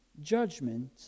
judgment